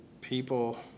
people